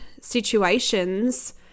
situations